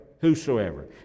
whosoever